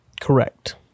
Correct